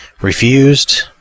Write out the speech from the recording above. refused